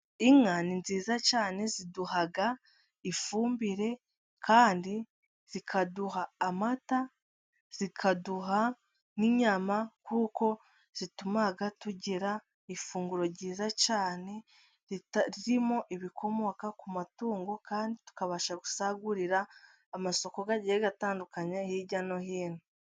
Inka ni nziza cyane ziduha ifumbire kandi zikaduha amata, zikaduha n'inyama, kuko zituma tugira ifunguro ryiza cyane, ririmo ibikomoka ku matungo kandi tukabasha gusagurira amasoko, agiye atandukanye hirya no hino.